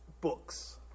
books